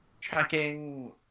Tracking